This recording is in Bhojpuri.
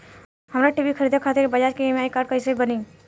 हमरा टी.वी खरीदे खातिर बज़ाज़ के ई.एम.आई कार्ड कईसे बनी?